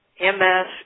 MS